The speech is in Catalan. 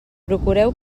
procureu